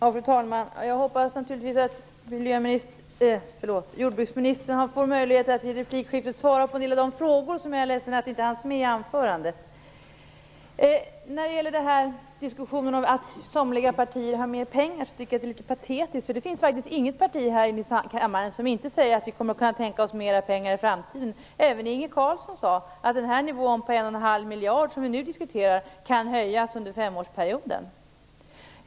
Fru talman! Jag hoppas naturligtvis att jordbruksministern får möjlighet att i replikskiftet svara på en del av de frågor som jag är ledsen att hon inte hann med i anförandet. Diskussionen om att somliga partier har mera pengar är litet patetisk. Det finns faktiskt inget parti här i kammaren som inte säger att det kan tänka sig mera pengar i framtiden. Även Inge Carlsson sade att nivån på 1,5 miljard som vi nu diskuterar kan höjas under femårsperioden.